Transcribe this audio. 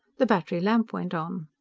the battery-lamp went on.